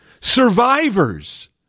survivors